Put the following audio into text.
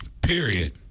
Period